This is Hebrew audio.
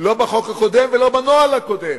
לא בחוק הקודם ולא בנוהל הקודם.